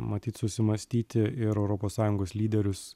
matyt susimąstyti ir europos sąjungos lyderius